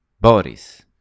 Boris